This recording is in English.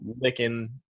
licking